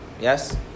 Yes